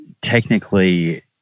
technically